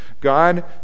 God